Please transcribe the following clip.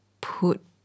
put